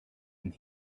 and